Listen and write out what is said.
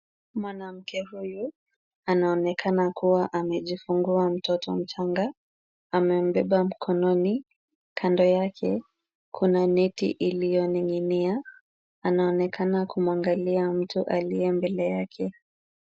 Mwanamke huyu anaonekana kuwa amejifungua mtoto mchanga. Amembeba mkononi. Kando yake kuna neti iliyoning'inia. Anaonekana kumwangalia mtu aliye mbele yake.